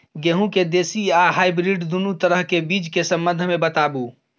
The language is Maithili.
गेहूँ के देसी आ हाइब्रिड दुनू तरह के बीज के संबंध मे बताबू?